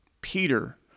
Peter